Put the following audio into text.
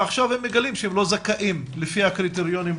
ועכשיו הם מגלים שהם לא זכאים לפי הקריטריונים,